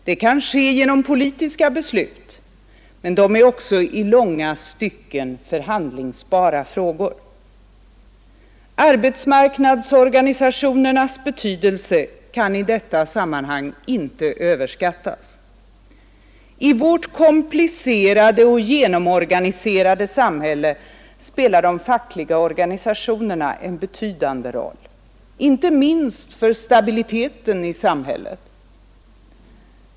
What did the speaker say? Det kan ske genom politiska beslut, men de är också i långa stycken förhandlingsbara frågor. Arbetsmarknadsorganisationernas betydelse kan i detta sammanhang inte överskattas. I vårt komplicerade och genomorganiserade samhälle spelar de fackliga organisationerna en betydande roll, inte minst för stabiliteten i samhället.